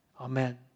Amen